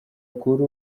kuri